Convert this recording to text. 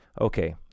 okay